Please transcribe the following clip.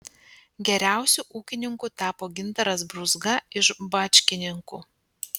geriausiu ūkininku tapo gintaras brūzga iš bačkininkų